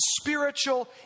spiritual